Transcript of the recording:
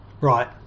Right